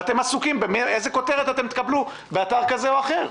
ואתם עסוקים באיזו כותרת אתם תקבלו באתר כזה או אחר.